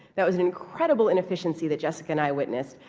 that was an incredible inefficiency that jessica and i witnessed.